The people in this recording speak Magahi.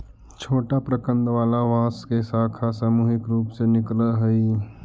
छोटा प्रकन्द वाला बांस के शाखा सामूहिक रूप से निकलऽ हई